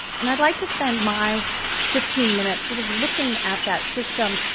and i'd like to spend my fifteen minutes sort of looking at that system.